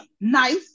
nice